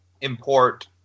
import